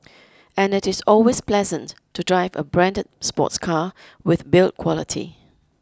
and it is always pleasant to drive a branded sports car with build quality